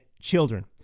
children